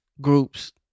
groups